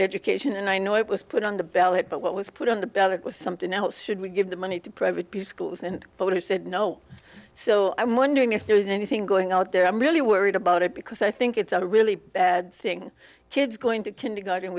education and i know it was put on the ballot but what was put on the ballot was something else should we give the money to private schools and boehner said no so i'm wondering if there's anything going on out there i'm really worried about it because i think it's a really bad thing kids going to kindergarten